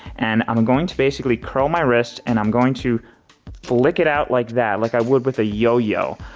and i'm going to basically curl my wrist and i'm going to flick it out like that like i would with a yo-yo.